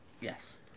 Yes